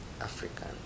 African